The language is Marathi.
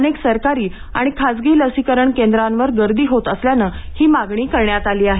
अनेक सरकारी आणि खासगी लसीकरण केंद्रांवर गर्दी होत असल्यानं ही मागणी करण्यात आली आहे